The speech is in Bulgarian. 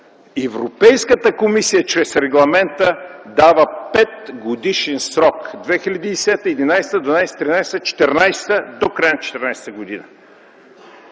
Европейската комисия чрез регламента дава петгодишен срок – 2010, 2011, 2012, 2013 до края на 2014 г.